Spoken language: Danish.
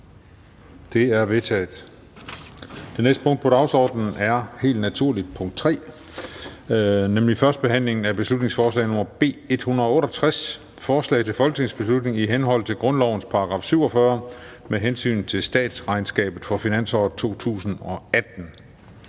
Det er vedtaget. --- Det næste punkt på dagsordenen er: 3) 1. behandling af beslutningsforslag nr. B 168: Forslag til folketingsbeslutning i henhold til grundlovens § 47 med hensyn til statsregnskabet for finansåret 2018.